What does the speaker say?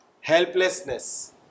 helplessness